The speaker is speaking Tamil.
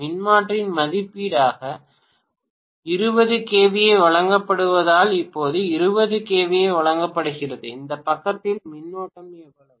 மின்மாற்றியின் மதிப்பீடாக 20 kVA வழங்கப்படுவதால் இப்போது 20 kVA வழங்கப்படுகிறது இந்த பக்கத்தில் மின்னோட்டம் எவ்வளவு